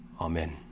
Amen